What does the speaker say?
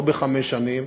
לא בחמש שנים,